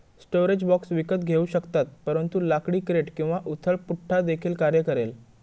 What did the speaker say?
storage box विकत घेऊ शकतात परंतु लाकडी क्रेट किंवा उथळ पुठ्ठा देखील कार्य करेल